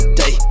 day